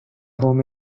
home